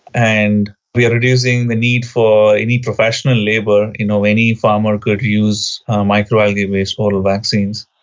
and we are reducing the need for any professional labour. you know, any farmer could use microalgae based oral vaccines.